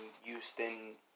Houston